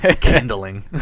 Kindling